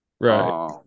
Right